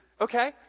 Okay